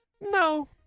No